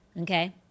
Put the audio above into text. okay